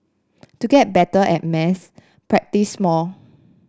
to get better at maths practise more